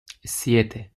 siete